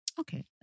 Okay